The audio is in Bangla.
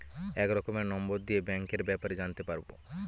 এক রকমের নম্বর দিয়ে ব্যাঙ্কের ব্যাপারে জানতে পারবো